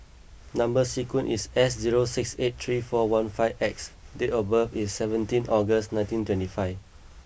number sequence is S zero six eight three four one five X date of birth is seventeen August nineteen twenty five